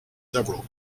several